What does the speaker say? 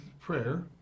prayer